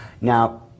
Now